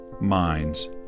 minds